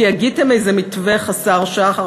כי הגיתם איזה מתווה חסר שחר,